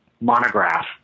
monograph